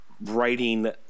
writing